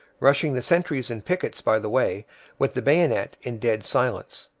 rushing the sentries and pickets by the way with the bayonet in dead silence.